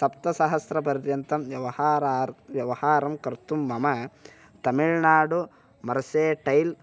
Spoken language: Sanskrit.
सप्तसहस्रपर्यन्तं व्यवहारार्थं व्यवहारं कर्तुं मम तमिळ्नाडु मर्सेटैल्